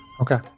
Okay